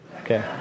Okay